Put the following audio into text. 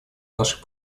наших